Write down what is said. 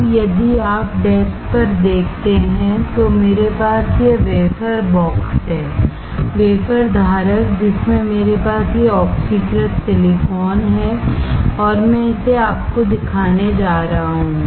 अब यदि आप डेस्क पर देखते हैं तो मेरे पास यह वेफर बॉक्स है वेफर धारक जिसमें मेरे पास यह ऑक्सीकृत सिलिकॉन है और मैं इसे आपको दिखाने जा रहा हूं